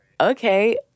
okay